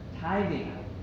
Tithing